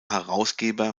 herausgeber